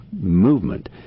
movement